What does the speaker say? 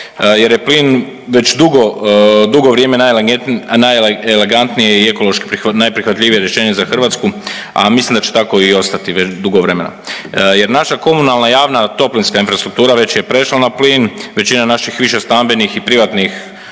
jer je plin već dugo, dugo vrijeme najelegantnije i ekološki najprihvatljivije rješenje za Hrvatsku, a mislim da će tako i ostati dugo vremena jer naša komunalna javna toplinska infrastruktura već je prešla na plin, većina naših višestambenih i privatnih